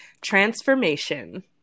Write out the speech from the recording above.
transformation